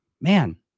man